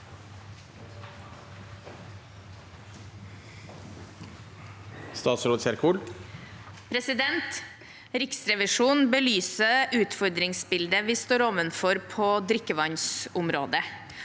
Riksrevisjonen belyser utfordringsbildet vi står overfor på drikkevannsområdet.